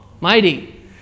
Mighty